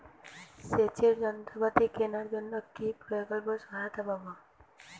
সেচের যন্ত্রপাতি কেনার জন্য কি প্রকল্পে সহায়তা পাব?